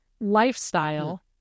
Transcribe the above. lifestyle